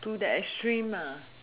to the extreme